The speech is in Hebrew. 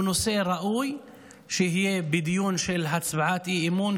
הוא נושא שראוי שיהיה בדיון של הצעת אי-אמון,